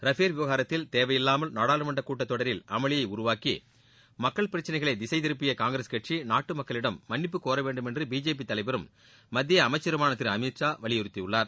Rafale விவகாரத்தில் தேவையில்லாமல் நாடாளுமன்ற கூட்டத்தொடரில் அமளியை உருவாக்கி மக்கள் பிரச்சினைகளை திசைத்திருப்பிய காங்கிரஸ் கட்சி நாட்டு மக்களிடம் மன்னிப்பு கோர வேண்டுமென்று பிஜேபி தலைவரும் மத்திய அமைச்சருமான திரு அமித்ஷா வலியுறுத்தியுள்ளார்